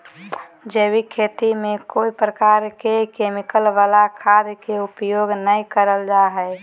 जैविक खेती में कोय प्रकार के केमिकल वला खाद के उपयोग नै करल जा हई